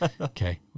Okay